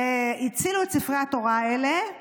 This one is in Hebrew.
והצילו את ספרי התורה האלה.